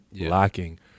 lacking